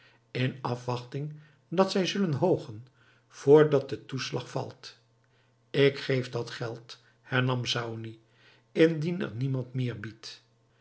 in afwachting dat zij zullen hoogen vr dat de toeslag valt ik geef dat geld hernam saony indien er niemand meer biedt